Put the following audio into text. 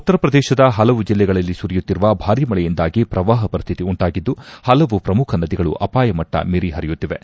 ಉತ್ತರ ಪ್ರದೇಶದ ಹಲವು ಜೆಲ್ಲೆಗಳಲ್ಲಿ ಸುರಿಯುತ್ತಿರುವ ಭಾರಿ ಮಳೆಯಿಂದಾಗಿ ಪ್ರವಾಹ ಪರಿಸ್ಥಿತಿ ಉಂಟಾಗಿದ್ದು ಹಲವು ಪ್ರಮುಖ ನದಿಗಳು ಅಪಾಯ ಮಟ್ಟ ಮೀರಿ ಹರಿಯುತ್ತಿವೆ